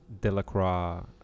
Delacroix